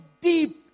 deep